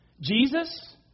Jesus